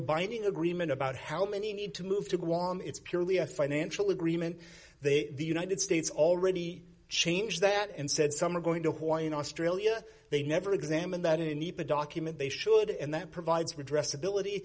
binding agreement about how many you need to move to guam it's purely a financial agreement there the united states already changed that and said some are going to hawaii and australia they never examined that you need to document they should and that provides redress ability